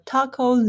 Taco